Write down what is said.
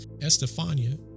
Estefania